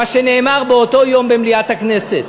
מה שנאמר באותו יום במליאת הכנסת.